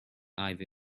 ivy